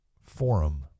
forum